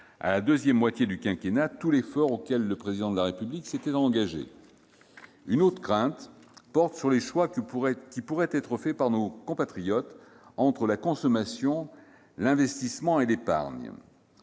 à la deuxième moitié du quinquennat tout l'effort auquel le Président de la République s'était engagé. Une autre crainte porte sur les choix qui pourraient être faits par nos compatriotes entre la consommation, l'investissement et l'épargne.